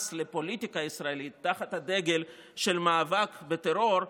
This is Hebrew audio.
לפוליטיקה הישראלית תחת הדגל של מאבק בטרור,